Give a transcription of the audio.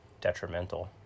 detrimental